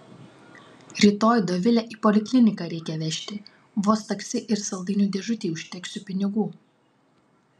rytoj dovilę į polikliniką reikia vežti vos taksi ir saldainių dėžutei užteksiu pinigų